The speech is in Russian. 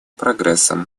прогрессом